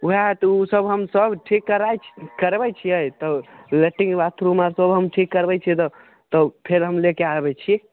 वएह तऽ ओ सब हम सब ठीक कराइ करबै छियै तऽ लैटरिंग बाथरूम आर आर सब हम ठीक करबै छियै तऽ तऽ फेर हम लयके आबै छी